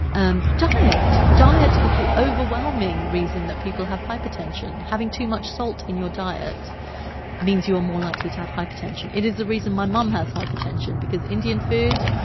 um diet diet is the overwhelming reason that people have hypertension. having too much salt in your diet means you are more likely to have hypertension. it is the reason my mum has hypertension because indian food.